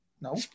No